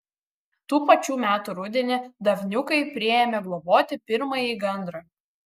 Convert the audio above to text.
tų pačių metų rudenį davniukai priėmė globoti pirmąjį gandrą